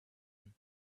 him